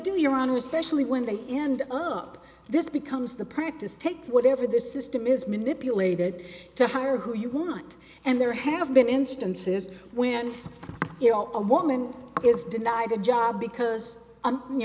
do your honor especially when they end up this becomes the practice take whatever the system is manipulated to hire who you want and there have been instances where a woman is denied a job because